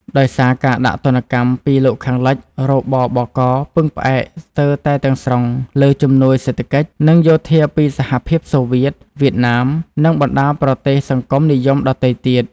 ដោយសារការដាក់ទណ្ឌកម្មពីលោកខាងលិច រ.ប.ប.ក. ពឹងផ្អែកស្ទើរតែទាំងស្រុងលើជំនួយសេដ្ឋកិច្ច និងយោធាពីសហភាពសូវៀត វៀតណាម និងបណ្ដាប្រទេសសង្គមនិយមដទៃទៀត។